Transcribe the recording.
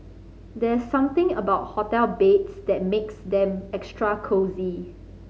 there's something about hotel beds that makes them extra cosy